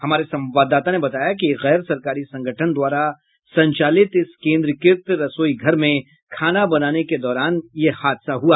हमारे संवाददाता ने बताया कि एक गैर सरकारी संगठन द्वारा संचालित इस केंद्रीयकृत रसोई घर में खाना बनाने के दौरान यह हादसा हुआ